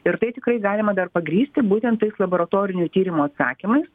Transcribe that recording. ir tai tikrai galima dar pagrįsti būtent tais laboratorinių tyrimų atsakymais